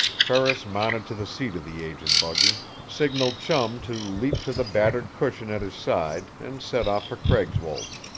ferris mounted to the seat of the aged buggy, signaled chum to leap to the battered cushion at his side and set off for craigswold.